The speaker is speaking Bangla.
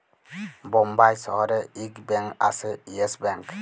বোম্বাই শহরে ইক ব্যাঙ্ক আসে ইয়েস ব্যাঙ্ক